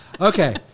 Okay